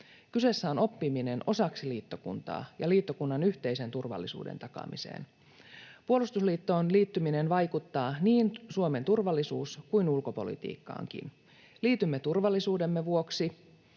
Kyseessä on oppiminen osaksi liittokuntaa ja liittokunnan yhteisen turvallisuuden takaamiseen. Puolustusliittoon liittyminen vaikuttaa niin Suomen turvallisuus- kuin ulkopolitiikkaankin. Liitymme turvallisuutemme vuoksi.